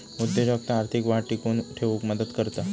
उद्योजकता आर्थिक वाढ टिकवून ठेउक मदत करता